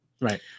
right